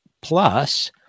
plus